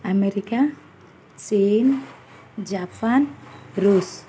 America ଚୀନ୍ Japan ଋଷ୍